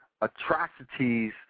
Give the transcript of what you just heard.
atrocities